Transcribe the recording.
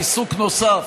על עיסוק נוסף